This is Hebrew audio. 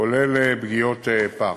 כולל פגיעות פח.